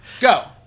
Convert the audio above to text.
go